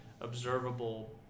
observable